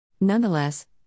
Nonetheless